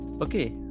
Okay